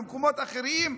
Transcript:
במקומות אחרים,